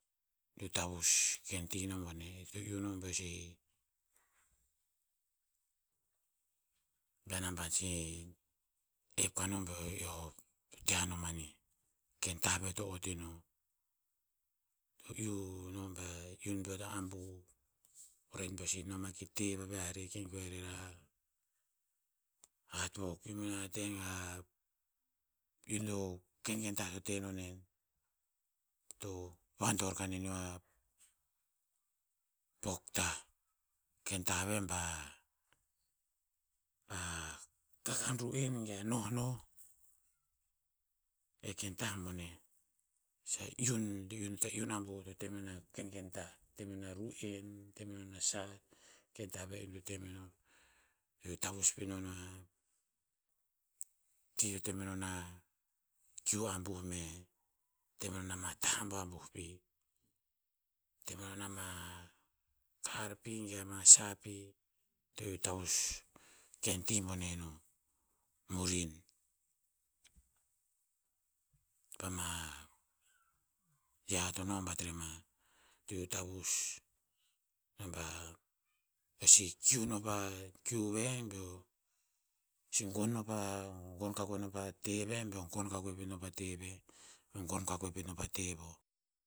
Iu tavus ken ti no boneh. To iu no beo si, bea naban si ep kaneo beo te ano manih. Ken tah ve eo to ot eno. To iu no bea iu peo to abuh, ren peo si no ma ki te vaviah rer ki goe rer a hat wok. iun o kenken tah to te nonen. To vador ka neneo a pok tah. Ken tah ve ba, a kakan ru'en ge a nohnoh. I a ken tah boneh. iu to iu no ta iun abuh to te menon a kenken tah. Temenon a ru'en, te menon a sah, ken tah ve ahik beo te meno. Iu tavus pino a, ti to temenon a kiu abuh me te menon ama tah abuabuh pi. Te menon ama kar pi ge ama sa pi. To iu tavus ken ti boneh no. Murin. Pama yia to no bat rema. Iu tavus, ve ba, eo si kiu no pa kiu veh, beo, si gon pa, gon kakoe no pa te veh beo gon kakoe pet no pa te veh beo gon kakoe pet no pa te voh.